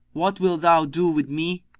what wilt thou do with me?